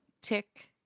Tick